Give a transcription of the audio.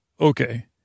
okay